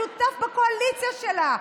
שותף בקואליציה שלה,